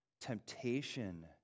temptation